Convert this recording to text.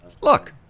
Look